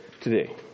today